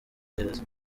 gereza